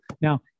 Now